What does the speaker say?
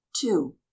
two